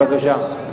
בבקשה.